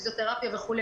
פיזיותרפיה וכו'.